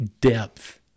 depth